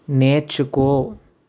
నేర్చుకో